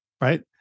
right